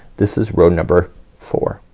this is row number four.